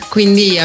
Quindi